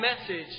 message